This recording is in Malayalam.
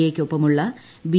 എ യ്ക്കൊപ്പമുള്ള ബി